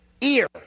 ear